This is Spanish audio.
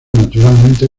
naturalmente